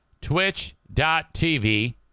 Twitch.tv